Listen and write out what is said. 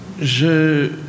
Je